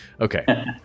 Okay